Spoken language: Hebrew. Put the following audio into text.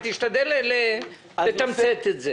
ותשתדל לתמצת את זה.